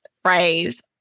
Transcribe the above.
phrase